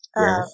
Yes